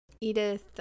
Edith